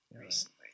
recently